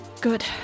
Good